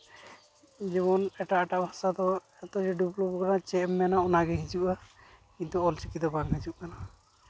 ᱡᱮᱢᱚᱱ ᱮᱴᱟᱜ ᱮᱴᱟᱜ ᱵᱷᱟᱥᱟ ᱫᱚ ᱠᱟᱱᱟ ᱪᱮᱫ ᱮᱢ ᱢᱮᱱᱟ ᱚᱱᱟᱜᱮ ᱦᱤᱡᱩᱜᱼᱟ ᱠᱤᱱᱛᱩ ᱚᱞ ᱪᱤᱠᱤ ᱫᱚ ᱵᱟᱝ ᱦᱤᱡᱩᱜ ᱠᱟᱱᱟ